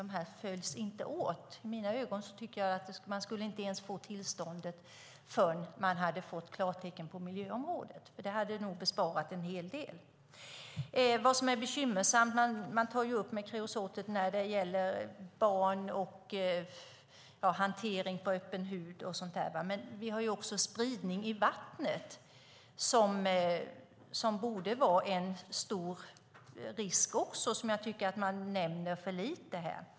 De följs inte åt. Jag tycker att man inte ens skulle få tillstånd förrän man har fått klartecken på miljöområdet. Det hade nog besparat oss en hel del. Man tar upp kreosot när det gäller barn och kontakt med bar hud, men vi har också spridning i vattnet. Det borde också vara en stor risk som jag tycker att man nämner för lite här.